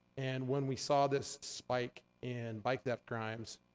and when we saw this spike in bike theft crimes,